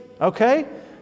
okay